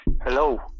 Hello